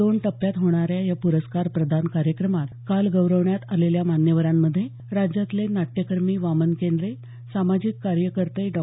दोन टप्प्यात होणाऱ्या या प्रस्कार प्रदान कार्यक्रमात काल गौरवण्यात आलेल्या मान्यवरांमध्ये राज्यातले नाट्यकर्मी वामन केंद्रे सामाजिक कार्यक्रर्ते डॉ